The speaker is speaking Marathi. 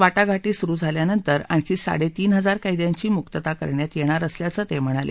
वाटाघाटी सुरू झाल्यानंतर आणखी साडेतीन हजार कैद्यांची मुक्तता करण्यात येणार असल्याचंही ते म्हणाले